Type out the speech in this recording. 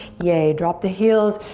yay! drop the heels.